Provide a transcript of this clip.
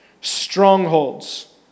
strongholds